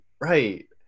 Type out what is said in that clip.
right